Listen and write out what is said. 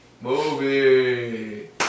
Movie